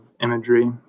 imagery